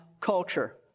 culture